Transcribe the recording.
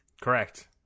Correct